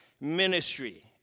ministry